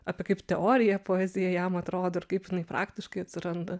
apie kaip teoriją poezija jam atrodo ir kaip jinai praktiškai atsiranda